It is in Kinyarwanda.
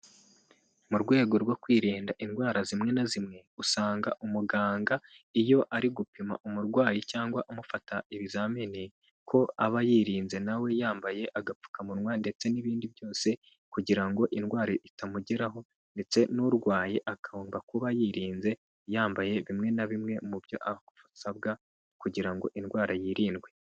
Mu rwego rwo kwirinda indwara zimwe na zimwe, usanga umuganga iyo ari gupima umurwayi cyangwa amufata ibizamini ko aba yirinze nawe yambaye agapfukamunwa ndetse n'ibindi byose kugira ngo indwara itamugeraho, ndetse n'urwaye akagomba kuba yirinze, yambaye bimwe na bimwe mu byo asabwa kugira ngo indwara yirindwe.